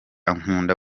ankunda